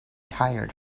tired